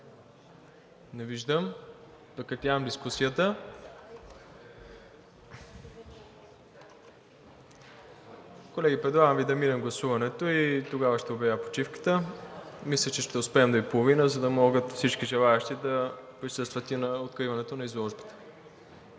Не виждам. Прекратявам дискусията. Колеги, предлагам Ви да гласуваме и тогава ще обявя почивката. Мисля, че ще успеем до 11,30 ч., за да могат всички желаещи да присъстват на откриването на изложбата.